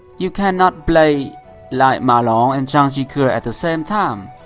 you can not play like ma long and zhang jike ah at the same time.